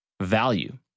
Value